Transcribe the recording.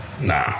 Nah